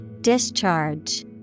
Discharge